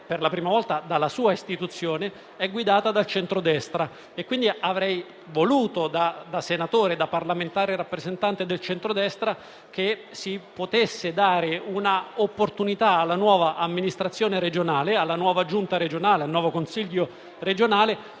per la prima volta dalla sua istituzione, la Regione Marche è guidata dal centrodestra e quindi avrei voluto, da senatore e da parlamentare rappresentante del centrodestra, che si potesse dare l'opportunità alla nuova amministrazione regionale, alla nuova Giunta e al nuovo Consiglio regionale,